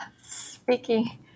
Speaking